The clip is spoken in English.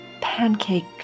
pancake